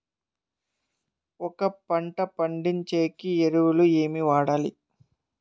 ఒక పంట పండించేకి ఎరువులు ఏవి వాడాలి?